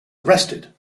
arrested